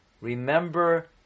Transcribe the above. Remember